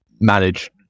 manage